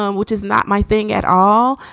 um which is not my thing at all.